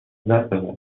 ببر